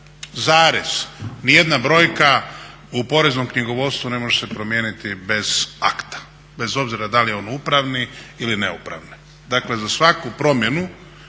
zarez, ni jedna brojka u poreznom knjigovodstvu ne može se promijeniti bez akta bez obzira da li je on upravni ili neupravni. Dakle, za svaku promjenu